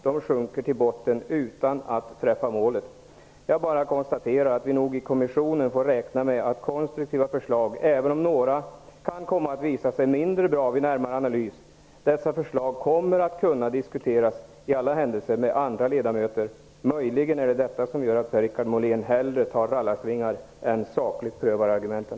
De sjunker till botten utan att träffa målet. Jag konstaterar bara att vi i kommissionen nog får räkna med att konstruktiva förslag, även om några vid närmare analys visar sig vara mindre bra, kommer att kunna diskuteras med andra ledamöter. Möjligen är det det som gör att Per-Richard Molén hellre tar till rallarsvingar än sakligt prövar argumenten.